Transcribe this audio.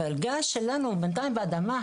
אבל הגז שלנו בינתיים באדמה,